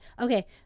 Okay